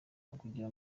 ukugira